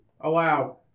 Allow